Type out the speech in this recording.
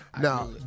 Now